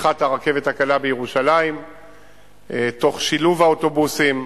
פתיחת הרכבת הקלה בירושלים תוך שילוב האוטובוסים.